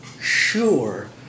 sure